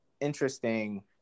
interesting